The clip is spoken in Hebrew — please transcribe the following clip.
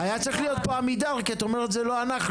היה צריך להיות פה עמידר כי את אומרת זה לא אנחנו.